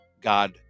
God